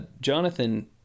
Jonathan